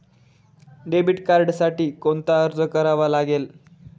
Debit कार्डसाठी कोणता अर्ज करावा लागेल?